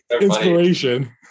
inspiration